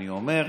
אני אומר: